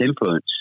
influence